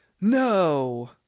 No